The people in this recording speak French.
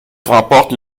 remporte